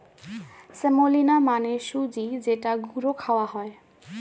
semolina মানে সুজি যেটা গুঁড়ো খাওয়া হয়